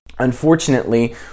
unfortunately